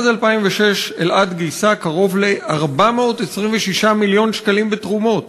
מאז 2006 אלע"ד גייסה קרוב ל-426 מיליון שקלים בתרומות,